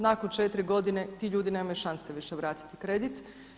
Nakon četiri godine ti ljudi nemaju šanse više vratiti kredit.